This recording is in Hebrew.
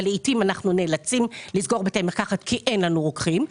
אבל לעיתים אנחנו נאלצים לסגור בתי מרקחת כי אין לנו רוקחים.